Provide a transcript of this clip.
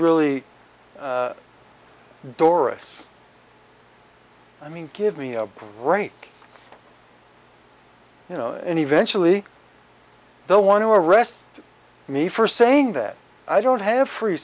really doris i mean give me a break you know and eventually they want to arrest me for saying that i don't have free